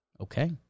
Okay